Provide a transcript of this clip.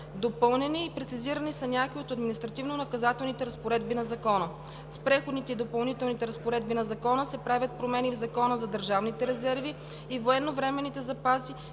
Допълнени и прецизирани са някои от административнонаказателните разпоредби на Закона. С Преходните и заключителните разпоредби на Закона се правят промени в Закона за държавните резерви и военновременните запаси,